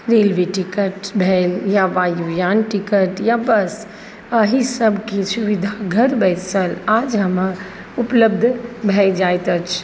railway ticket भेल वायुयान ticket या बस एहि सबके सुविधा घर बैसल आज हमरा उपलब्ध भऽ जाइत अछि